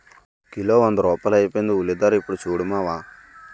kilo వంద రూపాయలైపోయింది ఉల్లిధర యిప్పుడు సూడు మావా